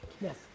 Yes